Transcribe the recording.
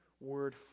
word